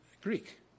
Greek